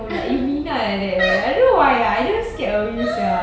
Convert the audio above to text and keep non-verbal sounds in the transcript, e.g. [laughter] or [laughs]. [laughs]